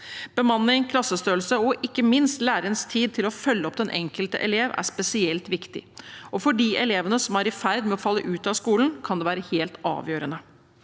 Bemanning, klassestørrelse og ikke minst lærerens tid til å følge opp den enkelte elev er spesielt viktig, og for de elevene som er i ferd med å falle ut av skolen, kan det være helt avgjørende.